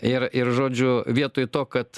ir ir žodžiu vietoj to kad